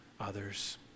others